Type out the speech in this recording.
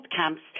camps